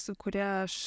su kuria aš